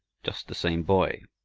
just the same boy,